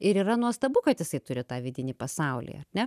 ir yra nuostabu kad jisai turi tą vidinį pasaulį ar ne